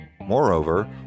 Moreover